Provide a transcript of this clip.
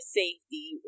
safety